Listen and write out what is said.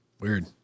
Weird